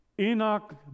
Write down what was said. Enoch